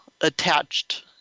attached